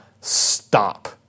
stop